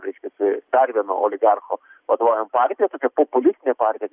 reiškiasi dar vieno oligarcho vadovaujam partija tokia populistinė partija